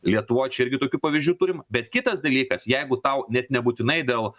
lietuvoj čia irgi tokių pavyzdžių turim bet kitas dalykas jeigu tau net nebūtinai dėl